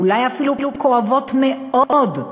אולי אפילו כואבות מאוד,